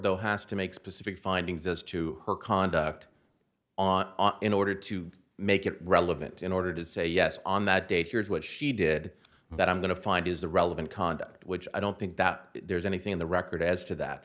though has to make specific findings as to her conduct on in order to make it relevant in order to say yes on that date here's what she did but i'm going to find is the relevant conduct which i don't think that there's anything in the record as to that